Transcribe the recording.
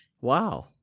Wow